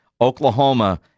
Oklahoma